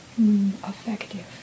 effective